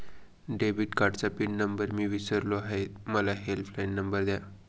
debit कार्डचा PIN number मी विसरलो आहे मला हेल्पलाइन नंबर द्या